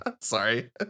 Sorry